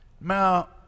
Now